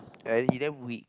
he damn weak